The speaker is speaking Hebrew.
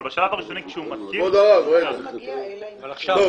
אבל בשלב הראשוני כשהוא --- ברגע שאתה